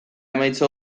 emaitza